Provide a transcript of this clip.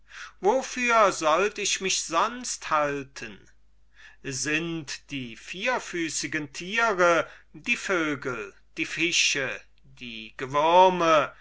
wofür sollt ich mich sonst halten hippias sind die vierfüßigen tiere die vögel die fische die